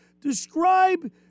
Describe